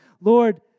Lord